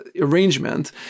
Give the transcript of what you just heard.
arrangement